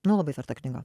nu labai verta knyga